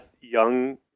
young